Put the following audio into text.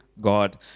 God